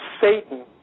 Satan